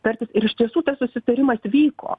tartis ir iš tiesų tas susitarimas vyko